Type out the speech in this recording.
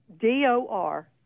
D-O-R